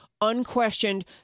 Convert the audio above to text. unquestioned